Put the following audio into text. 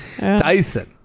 Dyson